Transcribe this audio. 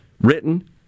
written